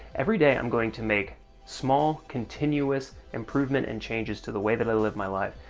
everyday, i'm going to make small, continuous improvement and changes to the way that i live my life,